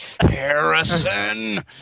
Harrison